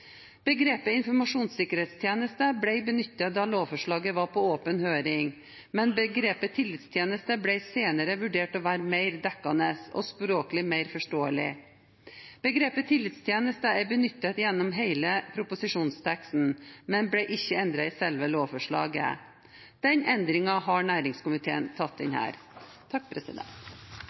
begrepet «tillitstjeneste». Begrepet «informasjonssikkerhetstjeneste» ble benyttet da lovforslaget var på åpen høring, men begrepet «tillitstjeneste» ble senere vurdert å være mer dekkende og språklig mer forståelig. Begrepet «tillitstjeneste» er benyttet gjennom hele proposisjonsteksten, men ble ikke endret i selve lovforslaget. Den endringen har næringskomiteen tatt inn her.